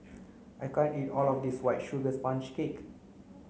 I can't eat all of this white sugar sponge cake